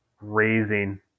raising